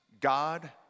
God